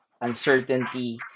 uncertainty